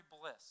bliss